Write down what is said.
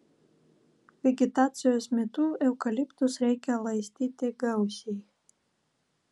vegetacijos metu eukaliptus reikia laistyti gausiai